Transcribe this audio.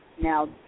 now